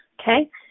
Okay